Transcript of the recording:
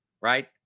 right